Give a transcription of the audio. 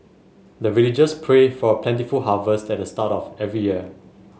the villagers pray for plentiful harvest at the start of every year